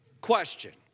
question